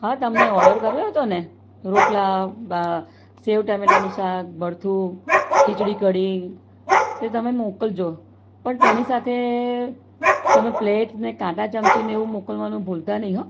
હા તમને ઓર્ડર કર્યો હતો ને રોટલા સેવ ટમેટાનું શાક ભરથું ખિચડી કઢી તે તમે મોકલજો પણ તેની સાથે તમે પ્લેટને કાંટા ચમચીને એવું મોકલવાનું ભૂલતા નહિ હં